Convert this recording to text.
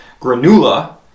Granula